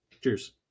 Cheers